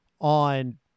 on